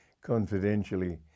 confidentially